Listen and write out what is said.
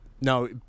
No